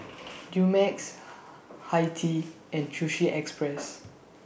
Dumex Hi Tea and Sushi Express